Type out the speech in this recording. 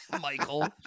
Michael